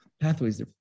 pathways